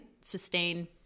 sustain